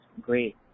great